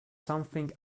something